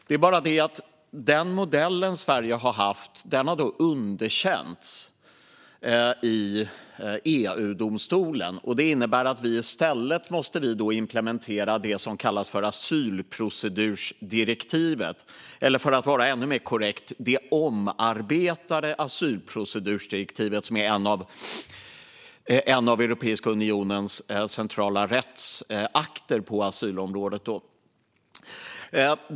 Det är bara det att den modell Sverige har haft har underkänts i EU-domstolen. I stället måste vi då implementera det som kallas för asylprocedursdirektivet, eller för att vara ännu mer korrekt det omarbetade asylprocedursdirektivet, som är en av Europeiska unionens centrala rättsakter på asylområdet.